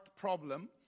problem